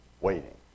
waiting